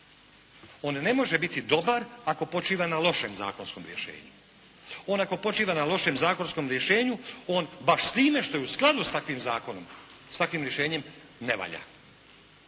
On ne može biti dobar ako počiva na lošem zakonskom rješenju. On ako počiva na lošem zakonskom rješenju on baš s time što je u skladu s takvim zakonom, s takvim rješenjem ne valja